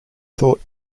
thought